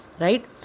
right